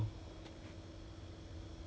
mm